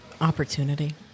Opportunity